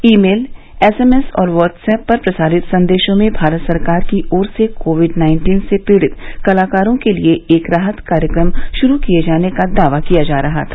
ई mail SMS और WhatsApp पर प्रसारित संदेशों में भारत सरकार की ओर से कोविड नाइन्टीन से पीड़ित कलाकारों के लिए एक राहत कार्यक्रम शुरू किये जाने का दावा किया जा रहा था